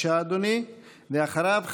ואחריו,